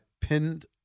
pinned